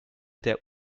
der